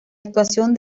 actuación